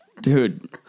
dude